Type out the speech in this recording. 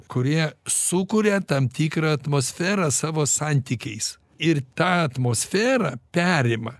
kurie sukuria tam tikrą atmosferą savo santykiais ir tą atmosferą perima